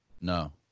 No